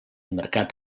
mercat